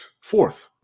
fourth